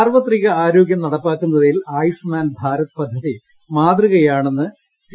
സാർവ്വത്രിക ആരോഗ്യം നടപ്പാക്കുന്നതിൽ ആയുഷ്മാൻ ഭാരത് പദ്ധതി മാതൃകയാണെന്ന് സി